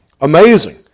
Amazing